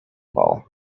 ball